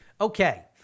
Okay